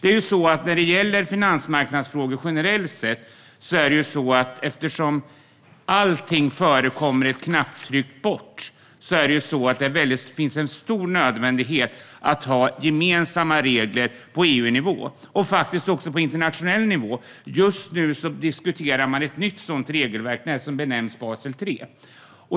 När det gäller finansmarknadsfrågor generellt sett finns ju allting en knapptryckning bort, och det är därför nödvändigt med gemensamma regler på EU-nivå och faktiskt också på internationell nivå. Just nu diskuterar man ett nytt sådant regelverk, som benämns Basel 3.